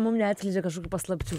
mum neatskleidžia kažkokių paslapčių